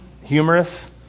humorous